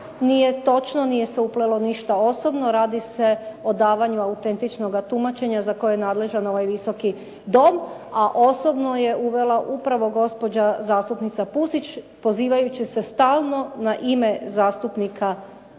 Nije točno, nije se uplelo ništa osobno. Radi se o davanju autentičnog tumačenja za koje je nadležan ovaj Visoki dom a osobno je uvela upravo gospođa zastupnica Pusić pozivajući se stalno na ime zastupnika Čačića